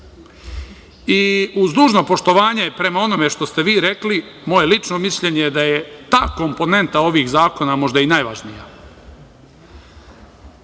Uz dužno poštovanje prema onome što ste vi rekli, moje lično mišljenje je da je ta komponenta ovih zakona možda i najvažnija. Kad